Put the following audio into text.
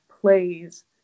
plays